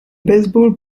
baseball